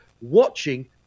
watching